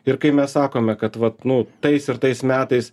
ir kai mes sakome kad vat nu tais ir tais metais